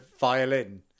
violin